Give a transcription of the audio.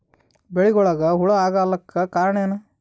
ಬೆಳಿಗೊಳಿಗ ಹುಳ ಆಲಕ್ಕ ಕಾರಣಯೇನು?